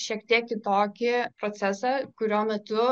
šiek tiek kitokį procesą kurio metu